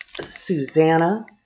Susanna